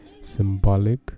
symbolic